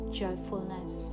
joyfulness